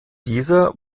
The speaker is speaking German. dieser